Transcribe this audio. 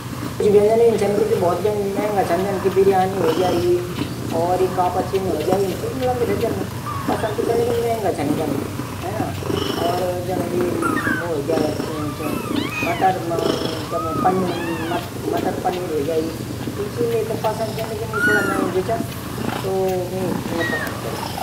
अगर कडाई मा खाणू जल ग्याई सबसे पैली त मिन इन कन की जू खाणू जल ग्याई वे थै पैली पाणी मा रख दिण वे बाद थुडा देर बाद उगलसी जालू थुडा देर तक वेकू बाद पाणी से हटैकी फिर खरणू चू ऊ। फिर हल्कू हल्कू रगण चू। फिर ऊ आराम से निकली जांदूह